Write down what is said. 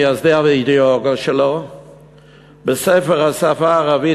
מייסדיה והאידיאולוגיה שלה בספר "השפה הערבית,